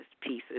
pieces